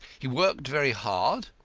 he worked very hard,